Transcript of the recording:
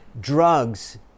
drugs